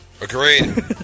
Agreed